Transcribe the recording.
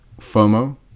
FOMO